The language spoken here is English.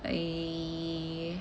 eh